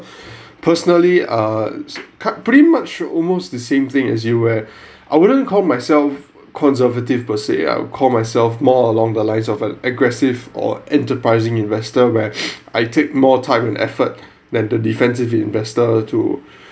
personally uh pretty much almost the same thing as you were I wouldn't call myself conservative per se I call myself more along the lines of an aggressive or enterprising investor where I take more time and effort than the defensive investor to